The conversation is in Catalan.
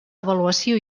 avaluació